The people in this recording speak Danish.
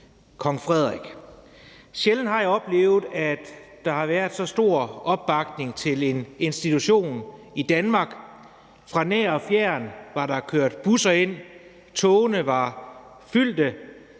Kong Frederik. Sjældent har jeg oplevet, at der har været så stor opbakning til en institution i Danmark; fra nær og fjern var der kørt busser ind, og togene var fyldte.